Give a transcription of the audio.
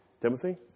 Timothy